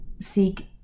seek